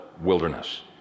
wilderness